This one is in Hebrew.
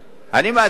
אני מעדיף,